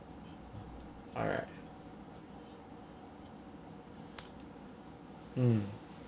alright mm